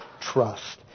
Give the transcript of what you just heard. trust